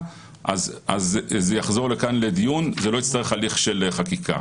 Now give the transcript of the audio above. אז זה יחזור לכאן לדיון ולא יצטרך הליך של חקיקה.